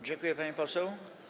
Dziękuję, pani poseł.